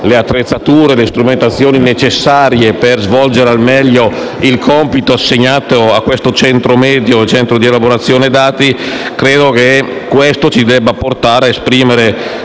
le attrezzature necessarie per svolgere al meglio il compito assegnato a questo centro meteo di elaborazione dati. Credo che questo ci debba portare a esprimere